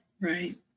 right